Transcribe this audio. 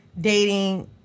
dating